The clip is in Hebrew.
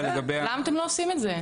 למה אתם לא עושים את זה?